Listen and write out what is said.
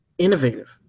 innovative